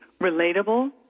relatable